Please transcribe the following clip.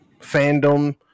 fandom